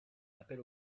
l’appel